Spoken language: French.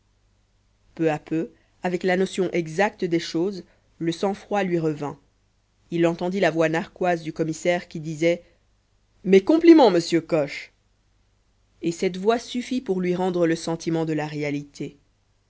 peu à peu avec la notion exacte des choses le sang-froid lui revint il entendit la voix narquoise du commissaire qui disait mes compliments monsieur coche et cette voix suffit pour lui rendre le sentiment de la réalité